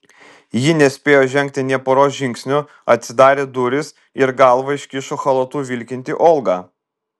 ji nespėjo žengti nė poros žingsnių atsidarė durys ir galvą iškišo chalatu vilkinti olga